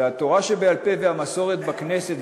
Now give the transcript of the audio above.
והתורה שבעל-פה והמסורת בכנסת,